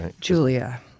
julia